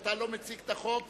אתה לא מציג את החוק,